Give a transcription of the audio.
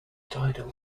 tidal